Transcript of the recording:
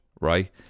right